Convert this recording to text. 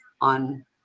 on